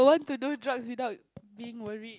to do drugs without being worried